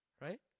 right